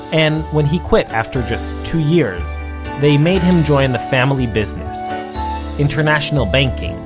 and when he quit after just two years they made him join the family business international banking,